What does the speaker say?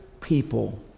people